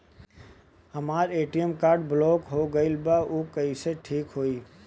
हमर ATM card block हो गईल बा ऊ कईसे ठिक होई?